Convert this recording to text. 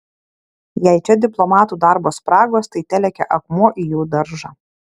jei čia diplomatų darbo spragos tai telekia akmuo į jų daržą